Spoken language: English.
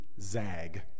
zag